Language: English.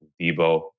Debo